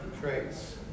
traits